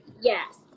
Yes